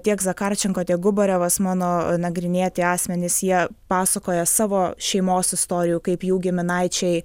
tieks zacharčenka tiek gubarevas mano nagrinėti asmenys jie pasakoja savo šeimos istorijų kaip jų giminaičiai